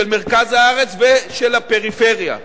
של מרכז הארץ ושל הפריפריה.